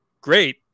great